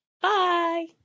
Bye